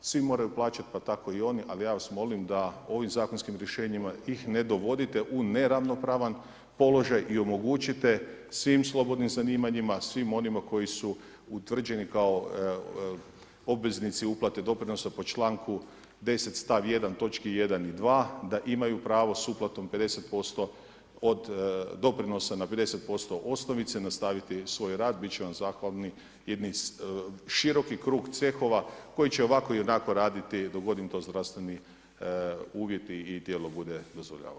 Svi moraju plaćati pa tako i oni ali ja vas molim da ovim zakonskim rješenjima ih ne dovodite u neravnopravan položaj i omogućite svim slobodnim zanimanjima, svim onima koji su utvrđeni kako obveznici uplate doprinosa po članku 10., stav 1., točki 1. i 2., da imaju pravo s uplatom 50% od doprinosa na 50% osnovice nastaviti svoj rad, bit će vam zahvalni, jedni široki krug cehova koji će ovako i onako raditi do god im to zdravstveni uvjeti i tijelo bude dozvoljavalo.